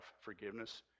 forgiveness